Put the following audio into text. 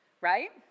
right